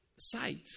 sight